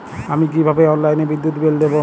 আমি কিভাবে অনলাইনে বিদ্যুৎ বিল দেবো?